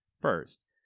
first